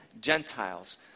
Gentiles